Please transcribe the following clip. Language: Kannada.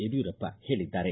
ಯಡಿಯೂರಪ್ಪ ಹೇಳಿದ್ದಾರೆ